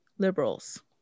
Liberals